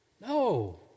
no